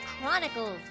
Chronicles